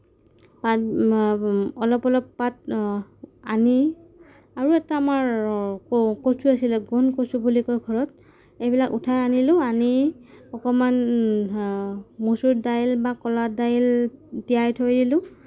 অলপ অলপ পাত আনি আৰু এটা আমাৰ কচু আছিল ঘুণ কচু বুলি কয় ঘৰত এইবিলাক উঠাই আনিলোঁ আনি অকণমান মচুৰ দাইল বা কলা দাইল তিয়াই থৈ দিলোঁ